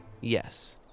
Yes